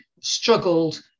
struggled